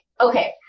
okay